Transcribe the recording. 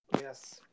Yes